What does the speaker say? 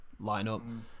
lineup